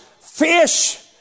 fish